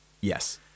Yes